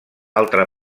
altra